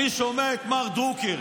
אני שומע את מר דרוקר,